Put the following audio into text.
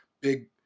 big